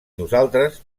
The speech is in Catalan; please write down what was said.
nosaltres